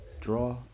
Draw